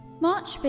March